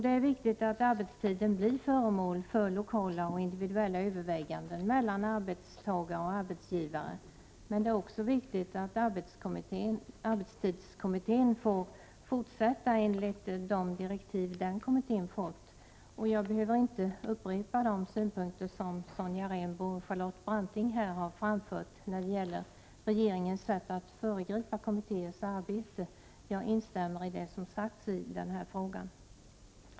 Det är viktigt att arbetstiden blir föremål för lokala och individuella överväganden mellan arbetstagare och arbetsgivare. Det är också viktigt att arbetstidskommittén får fortsätta enligt de direktiv den fått. 7n Jag behöver inte upprepa de synpunkter som Sonja Rembo och Charlotte 16 november 1988 Branting framförde när det gäller regeringens sätt att föregripa kommittéers arbete. Jag instämmer i det som sades i denna fråga.